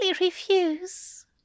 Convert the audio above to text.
refuse